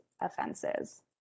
offenses